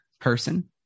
person